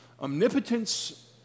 Omnipotence